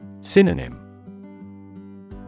Synonym